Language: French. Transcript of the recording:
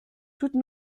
toute